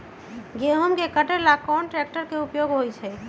गेंहू के कटे ला कोंन ट्रेक्टर के उपयोग होइ छई?